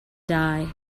die